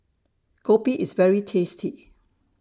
Kopi IS very tasty